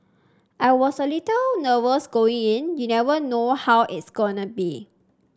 I was a little nervous going in you never know how it's going to be